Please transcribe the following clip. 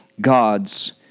God's